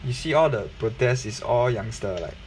you see all the protest is all youngster like